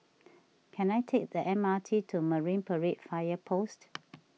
can I take the M R T to Marine Parade Fire Post